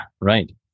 Right